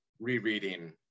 rereading